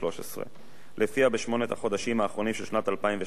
ולפיה בשמונת החודשים האחרונים של שנת 2012,